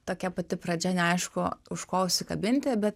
tokia pati pradžia neaišku už ko užsikabinti bet